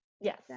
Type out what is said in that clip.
yes